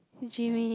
hey Jimmy